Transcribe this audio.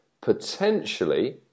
potentially